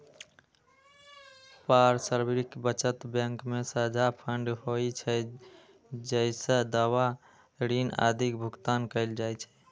पारस्परिक बचत बैंक के साझा फंड होइ छै, जइसे दावा, ऋण आदिक भुगतान कैल जाइ छै